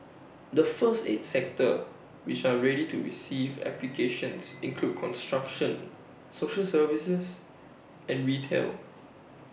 the first eight sectors which are ready to receive applications include construction social services and retail